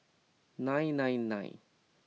nine nine nine